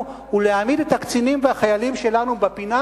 ולהעמיד את הקצינים והחיילים שלנו בפינה,